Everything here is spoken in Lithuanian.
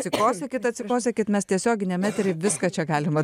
atsikosėkit atsikosėkit mes tiesioginiam etery viską čia galima